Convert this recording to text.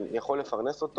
עבודה שיכולה לפרנס.